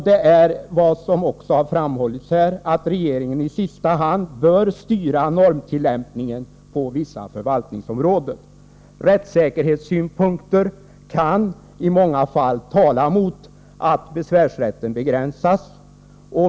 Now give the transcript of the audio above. Det har också här framhållits att i sista hand regeringen bör styra normtillämpningen på vissa förvaltningsområden. Rättssäkerhetssynpunkter kan i många fall också tala mot att besvärsrätten begränsas.